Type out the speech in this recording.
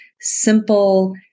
simple